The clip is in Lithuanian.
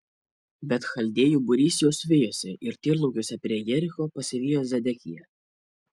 bet chaldėjų būrys juos vijosi ir tyrlaukiuose prie jericho pasivijo zedekiją